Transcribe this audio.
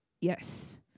Yes